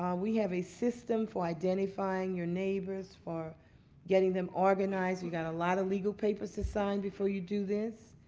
um we have a system for identifying your neighbors for getting them organized. you've got a lot of legal papers to sign before you do this.